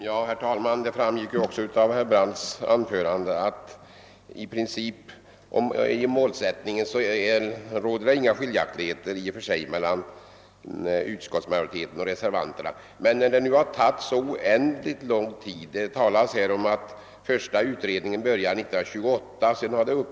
Herr talman! Av herr Brandts anförande framgick att det beträffande målsättningen i princip inte råder några delade meningar mellan utskottsmajoriteten och reservanterna. Men utred ningsarbetet i denna fråga har nu pågått oerhört länge. Den första utredningen började sitt arbete 1928.